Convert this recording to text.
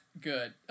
good